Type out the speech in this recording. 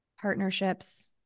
partnerships